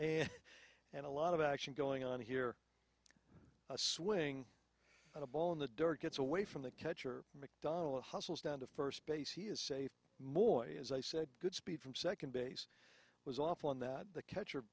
and and a lot of action going on here a swing at a ball in the door gets away from the catcher mcdonnell hustles down to first base he is safe more as i said goodspeed from second base was awful in that the catcher